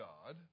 God